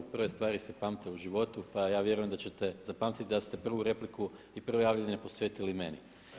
Prve stvari se pamte u životu, pa ja vjerujem da ćete zapamtiti da ste prvu repliku i prvo javljanje posvetili meni.